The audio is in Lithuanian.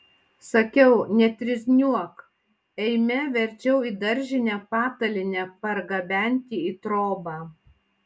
sakiau netrizniuok eime verčiau į daržinę patalynę pargabenti į trobą